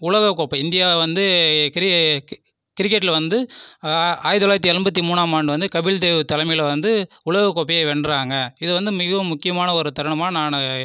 உலகக்கோப்பை இந்தியா வந்து கிரிக்கெட்டில் வந்து ஆயிரத்தி தொள்ளாயிரத்தி எண்பத்தி மூணாம் ஆண்டு வந்து கபில் தேவ் தலைமையில் வந்து உலக கோப்பையை வென்றாங்க இது வந்து மிகவும் முக்கியமான ஒரு தருணமாக நான்